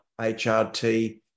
HRT